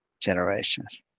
generations